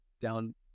down